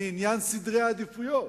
מעניין סדרי העדיפויות.